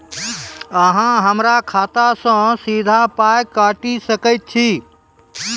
अहॉ हमरा खाता सअ सीधा पाय काटि सकैत छी?